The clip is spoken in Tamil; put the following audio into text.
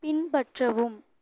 பின்பற்றவும்